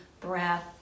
breath